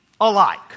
alike